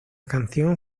canción